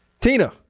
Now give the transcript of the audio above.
Tina